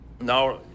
now